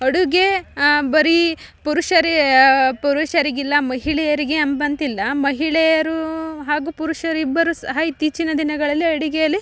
ಅಡುಗೆ ಬರಿ ಪುರುಷರು ಪುರುಷರಿಗಿಲ್ಲ ಮಹಿಳೆಯರಿಗೆ ಎಂಬಂತಿಲ್ಲ ಮಹಿಳೆಯರು ಹಾಗು ಪುರುಷರು ಇಬ್ಬರು ಸಹ ಇತ್ತೀಚಿನ ದಿನಗಳಲ್ಲಿ ಅಡುಗೆಯಲ್ಲಿ